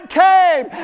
came